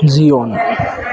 Zion